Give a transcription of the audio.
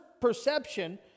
perception